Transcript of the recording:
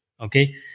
okay